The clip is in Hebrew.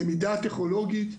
למידה טכנולוגית.